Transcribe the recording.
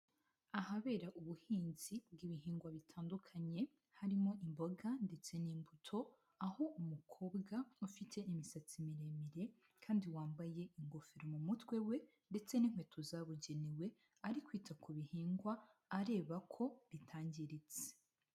Ahabera ubuhinzi bw'ibihingwa bitandukanye, harimo imboga ndetse n'imbuto, aho umukobwa ufite imisatsi miremire kandi wambaye ingofero mu mutwe we, ndetse n'inkweto zabugenewe, ari kwita ku bihingwa areba ko bitangiritse.